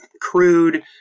crude